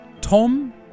Tom